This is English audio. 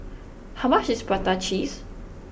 how much is Prata Cheese